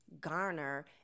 garner